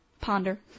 ponder